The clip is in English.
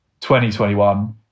2021